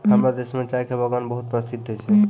हमरो देश मॅ चाय के बागान बहुत प्रसिद्ध छै